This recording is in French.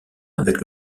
avec